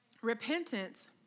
repentance